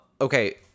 Okay